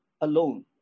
alone